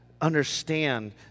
understand